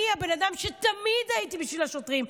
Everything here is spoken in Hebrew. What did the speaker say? אני הבן אדם שתמיד היה בשביל השוטרים,